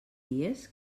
dies